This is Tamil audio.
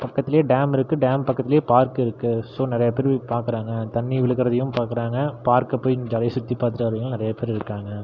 பக்கத்துலையே டேம் இருக்கு டேம் பக்கத்துலையே பார்க் இருக்கு ஸோ நிறையா பேர் பார்க்கறாங்க தண்ணி விழுகிறதையும் பார்க்குறாங்க பார்க்க போய் ஜாலியாக சுற்றி பார்த்துட்டு வரவங்களும் நிறையா பேர் இருக்காங்க